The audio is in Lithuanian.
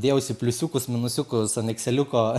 dėjausi pliusiukus minusiukus ant ekseliuko